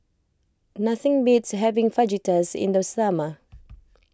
nothing beats having Fajitas in the summer